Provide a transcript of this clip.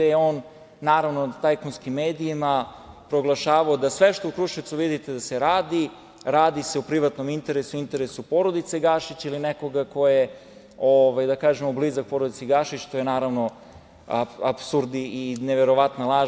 On je tajkunskim medijima proglašavao da sve što u Kruševcu vidite da se radi, radi se u privatnom interesu, interesu porodice Gašić ili nekoga ko je, da kažemo, blizak porodici Gašić, što je apsurd i neverovatna laž.